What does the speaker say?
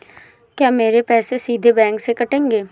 क्या मेरे पैसे सीधे बैंक से कटेंगे?